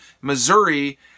missouri